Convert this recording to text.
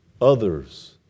Others